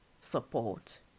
support